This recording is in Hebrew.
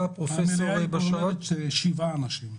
המליאה כוללת שבעה אנשים.